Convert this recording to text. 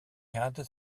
had